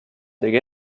tegi